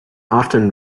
often